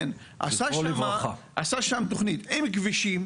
כן, הוא עשה שם תוכנית עם כבישים,